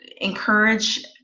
encourage